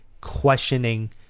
questioning